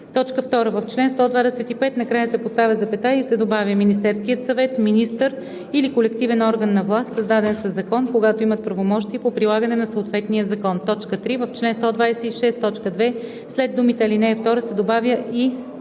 2. В чл. 125 накрая се поставя запетая и се добавя „Министерският съвет, министър или колективен орган на власт, създаден със закон, когато имат правомощия по прилагане на съответния закон“. 3. В чл. 126, т. 2 след думите „ал. 2“ се добавя „и